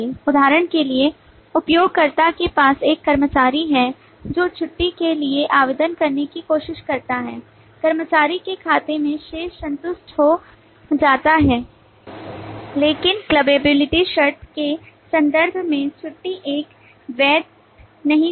उदाहरण के लिए उपयोगकर्ता के पास एक कर्मचारी है जो छुट्टी के लिए आवेदन करने की कोशिश करता है कर्मचारी के खाते में शेष संतुष्ट हो जाता है लेकिन क्लबबिलिटी शर्त के संदर्भ में छुट्टी एक वैध नहीं थी